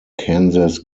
kansas